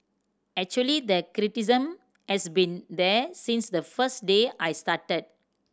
actually the criticism has been there since the first day I started